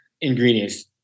ingredients